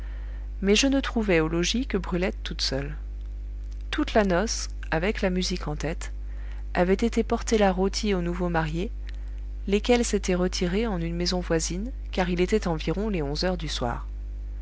mais je ne trouvai au logis que brulette toute seule toute la noce avec la musique en tête avait été porter la rôtie aux nouveaux mariés lesquels s'étaient retirés en une maison voisine car il était environ les onze heures du soir